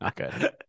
Okay